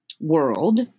world